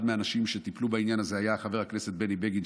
אחד מהאנשים שטיפלו בעניין הזה היה חבר הכנסת בני בגין,